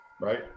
right